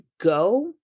go